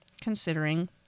considering